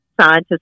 scientists